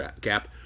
gap